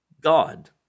God